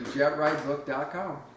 jetridebook.com